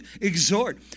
exhort